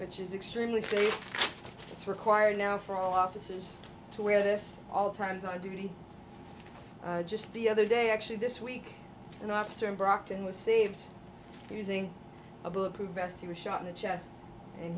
which is extremely it's required now for all officers to wear this all times i did it just the other day actually this week an officer in brockton was saved using a bulletproof vest he was shot in the chest and